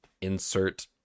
insert